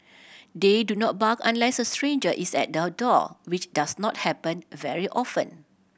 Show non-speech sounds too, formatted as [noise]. [noise] they do not bark unless a stranger is at the door which does not happen very often